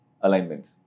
alignment